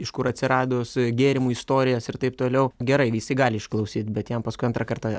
iš kur atsiradus gėrimų istorijas ir taip toliau gerai visi gali išklausyt bet jam paskui antrą kartą